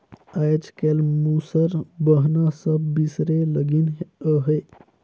आएज काएल मूसर बहना सब बिसरे लगिन अहे